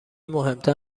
مهمتر